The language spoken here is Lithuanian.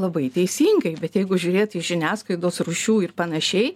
labai teisingai bet jeigu žiūrėt į žiniasklaidos rūšių panašiai